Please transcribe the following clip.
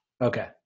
Okay